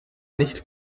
nicht